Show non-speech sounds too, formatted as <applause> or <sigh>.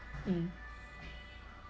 <noise> mm <noise>